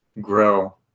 grow